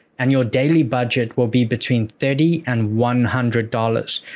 and your daily budget will be between thirty and one hundred dollars.